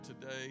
today